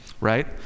right